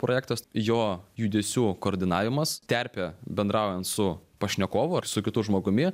projektas jo judesių koordinavimas terpė bendraujant su pašnekovu ar su kitu žmogumi